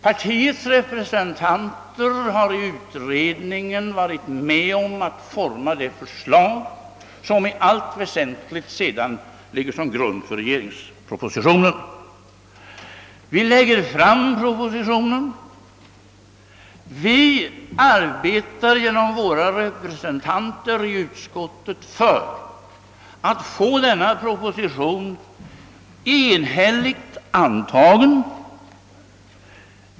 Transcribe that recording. Partiets representanter har i utredningen medverkat till att utforma det förslag, som i allt väsentligt ligger till grund för regeringspropositionen. Vi har sedan lagt fram propositionen och genom våra representanter i utskottet arbetat för att få den enhälligt antagen.